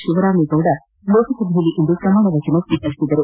ಶಿವರಾಮೇಗೌಡ ಲೋಕಸಭೆಯಲ್ಲಿಂದು ಪ್ರಮಾಣ ವಚನ ಸ್ವೀಕರಿಸಿದರು